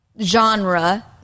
genre